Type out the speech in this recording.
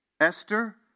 Esther